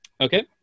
Okay